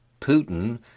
Putin